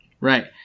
right